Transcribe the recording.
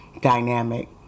dynamic